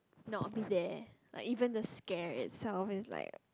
not be there like even the scare itself is like